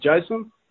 Jason